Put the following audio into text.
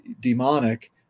demonic